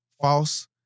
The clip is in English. false